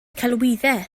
celwyddau